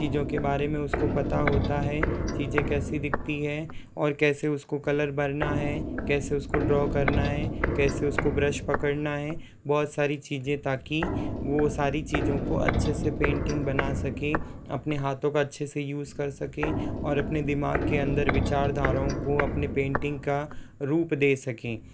चीज़ों के बारे में उसको पता होता है चीज़ें कैसी दिखती है और कैसे उसको कलर भरना है कैसे उसको ड्रॉ करना है कैसे उसको ब्रश पकड़ता है बहुत सारी चीज़ें ताकि वो सारी चीज़ों को अच्छे से पेंटिंग बना सकें अपने हाँथों को अच्छे से युज़ कर सकें और अपने दिमाग के अंदर विचारधाराओं को अपने पेंटिंग का रूप दे सकें